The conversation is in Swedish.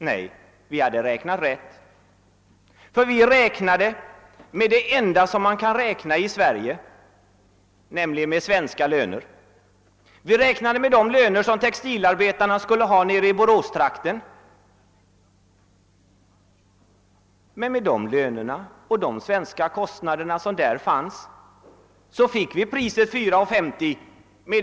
Nej, vi hade utgått från det enda som vi här i landet kunde göra, nämligen svenska löner och kostnader. Alltså med de löner textilarbetarna hade i Boråstrakten och med de lönerna och de svenska kostnaderna fick vi fram priset, 4 kronor 50 öre.